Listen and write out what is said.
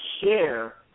share